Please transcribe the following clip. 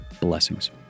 Blessings